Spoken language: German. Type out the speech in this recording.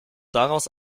daraus